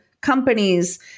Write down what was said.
companies